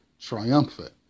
triumphant